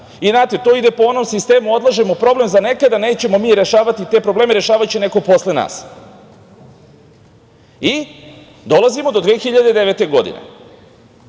na tome. To ide po onom sistemu, odlažemo problem za nekada, nećemo mi rešavati te probleme, rešavaće neko posle nas i dolazimo do 2009. godine.